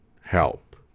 help